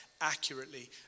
accurately